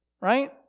right